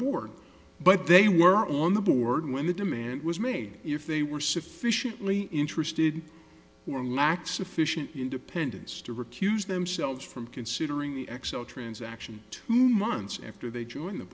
board but they were on the board when the demand was made if they were sufficiently interested or lack sufficient independence to recuse themselves from considering the xcel transaction two months after they joined the